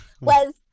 was-